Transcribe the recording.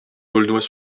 aulnois